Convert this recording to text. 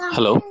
Hello